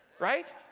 right